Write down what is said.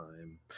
time